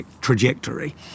trajectory